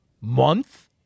month